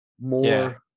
more